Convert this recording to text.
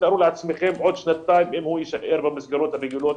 תארו לעצמכם עוד שנתיים אם הוא יישאר במסגרות הרגילות,